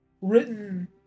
written